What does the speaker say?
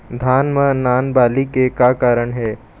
धान म नान बाली के का कारण हे?